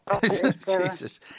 Jesus